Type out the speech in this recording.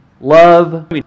Love